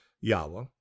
Yahweh